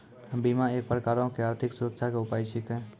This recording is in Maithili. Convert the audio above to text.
बीमा एक प्रकारो के आर्थिक सुरक्षा के उपाय छिकै